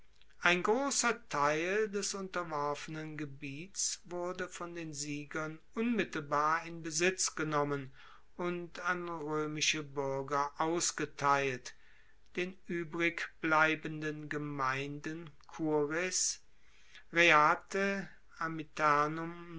ein grosser teil des unterworfenen gebiets wurde von den siegern unmittelbar in besitz genommen und an roemische buerger ausgeteilt den uebrigbleibenden gemeinden